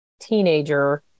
teenager